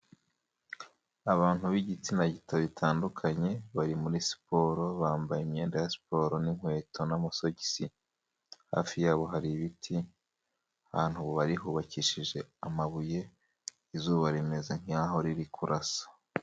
Abantu b'igitsina gito bitandukanye bari muri siporo bambaye imyenda ya siporo ninkweto n'amasogisi. Hafi yabo hari ibiti, hantu bari hubakishije amabuye izuba rimeze nk'aho riri kurasa.